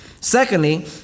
Secondly